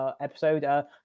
episode